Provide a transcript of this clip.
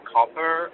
Copper